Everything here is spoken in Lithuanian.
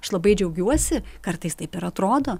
aš labai džiaugiuosi kartais taip ir atrodo